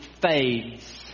fades